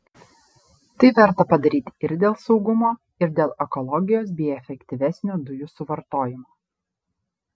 tai verta padaryti ir dėl saugumo ir dėl ekologijos bei efektyvesnio dujų suvartojimo